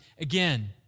again